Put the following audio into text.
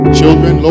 children